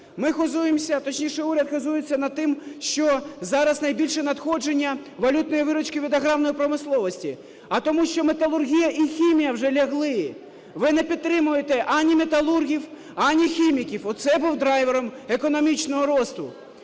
Ми хизуємось, точніше, уряд хизується над тим, що зараз найбільше надходження валютної виручки від аграрної промисловості. А тому що металургія і хімія вже лягли, ви не підтримуєте ані металургів, ані хіміків. Оце було драйвером економічного росту.